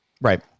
Right